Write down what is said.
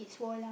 its wall lah